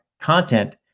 content